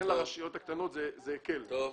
לכן על הרשויות המקומיות הקטנות זה הקל מאוד.